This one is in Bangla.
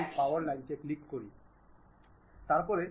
সেই উদ্দেশ্যেই আমাকে কী করতে হবে